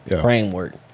framework